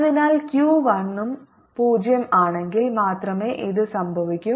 അതിനാൽ Q 1 ഉം 0 ആണെങ്കിൽ മാത്രമേ ഇത് സംഭവിക്കൂ